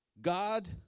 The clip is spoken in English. God